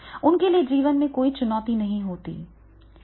उनके लिए जीवन में कोई चुनौती नहीं है